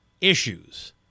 issues